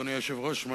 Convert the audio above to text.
אדוני היושב-ראש,